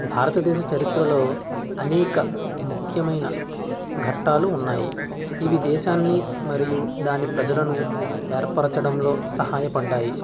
భారతదేశ చరిత్రలో అనేక ముఖ్యమైన ఘట్టాలు ఉన్నాయి ఇవి దేశాన్ని మరియు దాని ప్రజలను ఏర్పరచడంలో సహాయపడ్డాయి